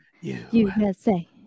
USA